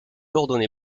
ordonné